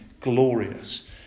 glorious